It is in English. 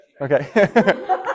Okay